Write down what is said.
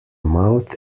mouth